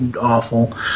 awful